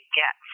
get